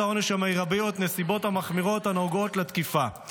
העונש המרבי או את הנסיבות המחמירות הנוגעות לתקיפה.